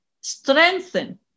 strengthen